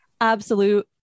absolute